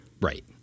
Right